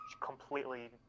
completely